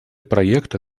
проекта